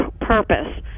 purpose